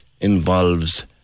involves